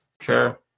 Sure